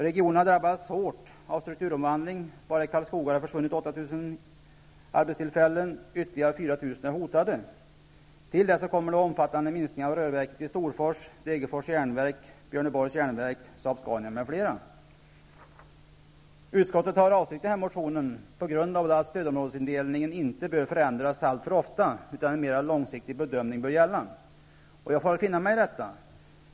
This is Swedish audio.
Regionen har drabbats hårt av strukturomvandling -- bara i Karlskoga har det försvunnit 8 000 arbetstillfällen och ytterligare 4 000 är hotade, och en omfattande minskning av arbetstillfällen planeras i Rörverket i Storfors, Saab-Scania m.fl. Utskottet har avstyrkt den här motionen med motiveringen att stödområdesindelningen inte alltför ofta bör förändras, utan en mer långsiktig bedömning bör gälla. Jag får finna mig i det.